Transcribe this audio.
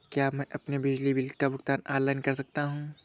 क्या मैं अपने बिजली बिल का भुगतान ऑनलाइन कर सकता हूँ?